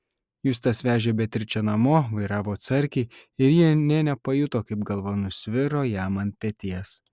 justas vežė beatričę namo vairavo atsargiai ir ji nė nepajuto kaip galva nusviro jam ant peties